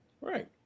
Right